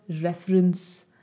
reference